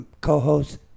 co-host